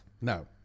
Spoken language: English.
No